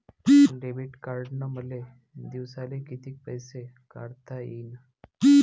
Debit कार्डनं मले दिवसाले कितीक पैसे काढता येईन?